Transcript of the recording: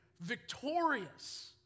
victorious